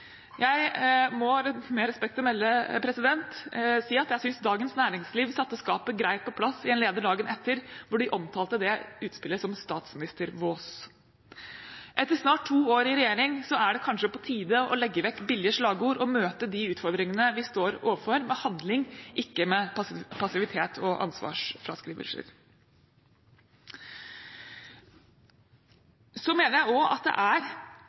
Jeg må med respekt å melde si at jeg synes Dagens Næringsliv satte skapet greit på plass i en leder dagen etter, hvor de omtalte det utspillet som «statsministervås». Etter snart to år i regjering er det kanskje på tide å legge vekk billige slagord og møte de utfordringene vi står overfor, med handling – ikke med passivitet og ansvarsfraskrivelser. Så mener jeg også at det er